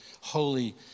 holy